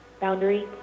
Boundary